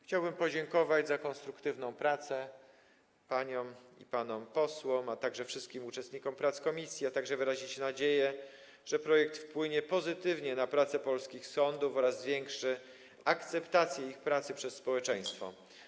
Chciałbym podziękować za konstruktywną pracę paniom i panom posłom oraz wszystkim uczestnikom prac komisji, a także wyrazić nadzieję, że projekt wpłynie pozytywnie na pracę polskich sądów oraz zwiększy akceptację ich pracy przez społeczeństwo.